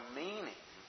meaning